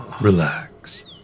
Relax